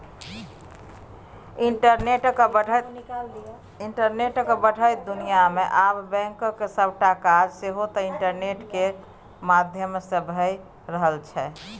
इंटरनेटक बढ़ैत दुनियाँ मे आब बैंकक सबटा काज सेहो इंटरनेट केर माध्यमसँ भए रहल छै